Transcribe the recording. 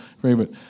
favorite